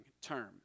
term